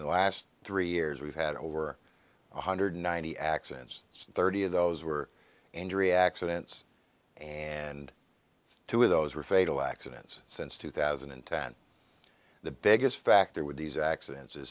the last three years we've had over one hundred ninety accidents thirty of those were injury accidents and two of those were fatal accidents since two thousand and ten the biggest factor with these accidents